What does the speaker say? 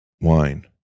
wine